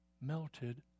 melted